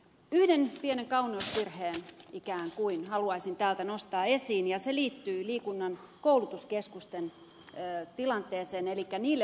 yhden pienen kauneusvirheen ikään kuin haluaisin täältä nostaa esiin ja se liittyy liikunnan koulutuskeskusten tilanteeseen elikkä niille osoitettuihin rahoihin